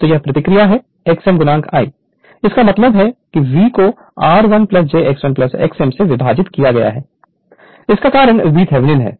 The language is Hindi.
तो यह प्रतिक्रिया है x m I इसका मतलब है v को r1 j x1 x m से विभाजित किया गया है इसका कारण VThevenin है